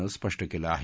नं स्पष्ट केलं आहे